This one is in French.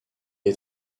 est